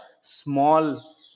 small